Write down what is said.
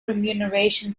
remuneration